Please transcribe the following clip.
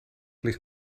ligt